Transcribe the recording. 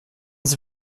sie